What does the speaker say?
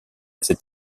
cet